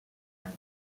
and